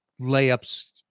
layups